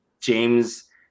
James